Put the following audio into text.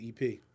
EP